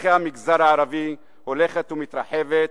בתוככי המגזר הערבי הולכת ומתרחבת,